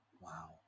Wow